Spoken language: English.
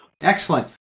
Excellent